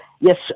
Yes